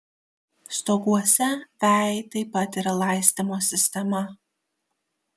stoguose vejai taip pat yra laistymo sistema